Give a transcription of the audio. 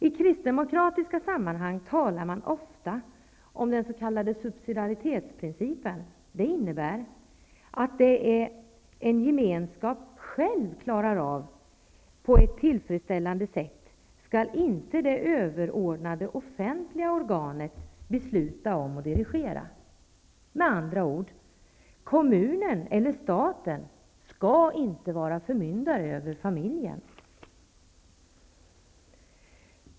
I kristdemokratiska sammanhang talar man ofta om den s.k. subsidaritetsprincipen. Den innebär att det en gemenskap själv klarar av på ett tillfredsställande sätt skall inte det överordnade offentliga organet besluta om och dirigera. Med andra ord: kommunen eller staten skall inte vara förmyndare över familjen.